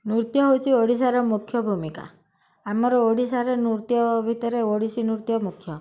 ନୃତ୍ୟ ହେଉଛି ଓଡ଼ିଶାର ମୁଖ୍ୟ ଭୂମିକା ଆମର ଓଡ଼ିଶାରେ ନୃତ୍ୟ ଭିତରେ ଓଡ଼ିଶୀ ନୃତ୍ୟ ମୁଖ୍ୟ